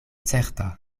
certa